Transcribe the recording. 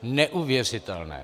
Neuvěřitelné!